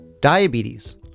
diabetes